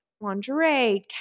lingerie